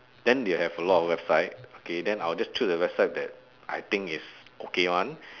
then they will have a lot of website okay then I'll just choose a website that I think is okay [one]